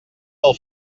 del